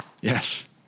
yes